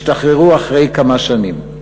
השתחררו אחרי כמה שנים.